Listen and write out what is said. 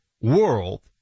world